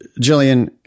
jillian